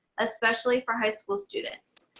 especially for high school students.